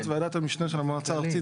בגלל שזה ציבורי,